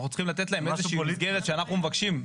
אנחנו צריכים לתת להם איזה שהיא מסגרת שאנחנו מבקשים.